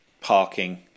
parking